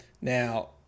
Now